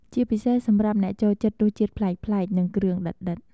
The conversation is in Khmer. ជាពិសេសសម្រាប់អ្នកចូលចិត្តរសជាតិប្លែកៗ និងគ្រឿងដិតៗ។